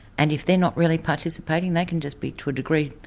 and if they're not really participating, they can just be, to a degree,